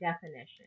definition